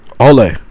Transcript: Ole